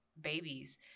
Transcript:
babies